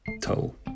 toll